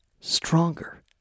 stronger